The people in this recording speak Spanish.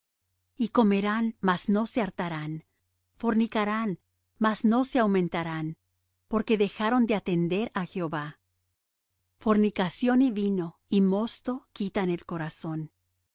y comerán mas no se hartarán fornicarán mas no se aumentarán porque dejaron de atender á jehová fornicación y vino y mosto quitan el corazón mi